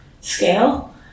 scale